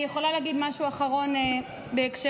אני יכולה להגיד משהו אחרון, בהקשר?